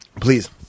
Please